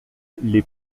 les